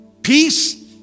peace